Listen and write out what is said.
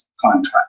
contract